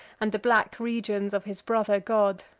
and the black regions of his brother god.